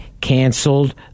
canceled